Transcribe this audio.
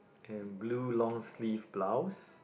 and blue long sleeve blouse